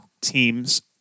teams